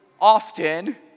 often